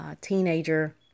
teenager